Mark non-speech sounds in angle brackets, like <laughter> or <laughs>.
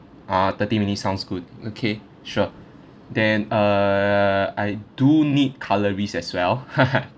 ah thirty minutes sounds good okay sure then err I do need cutleries as well <laughs>